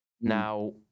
Now